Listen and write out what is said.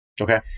Okay